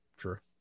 Sure